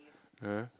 ah